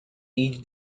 each